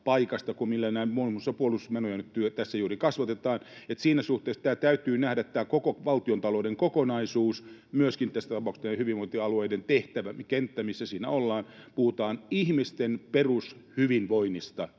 kuin millä muun muassa näitä puolustusmenoja tässä nyt juuri kasvatetaan. Eli siinä suhteessa täytyy nähdä tämä koko valtiontalouden kokonaisuus, tässä tapauksessa myöskin tämä hyvinvointialueiden tehtäväkenttä, missä siinä ollaan. Puhutaan ihmisten perushyvinvoinnista,